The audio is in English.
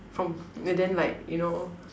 from and then like you know